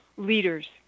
leaders